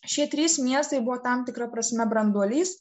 šie trys miestai buvo tam tikra prasme branduolys